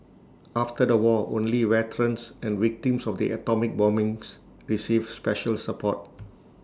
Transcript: after the war only veterans and victims of the atomic bombings received special support